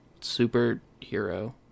superhero